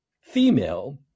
female